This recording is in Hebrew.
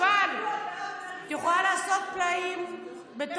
אדוני השר,